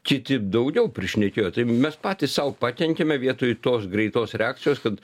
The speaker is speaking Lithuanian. kiti daugiau prišnekėjo tai mes patys sau pakenkiam vietoj tos greitos reakcijos kad